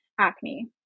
Acne